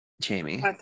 jamie